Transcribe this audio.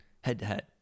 head-to-head